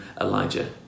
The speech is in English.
Elijah